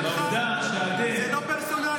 ועל זה אנחנו דנים.